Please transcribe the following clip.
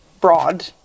broad